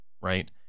Right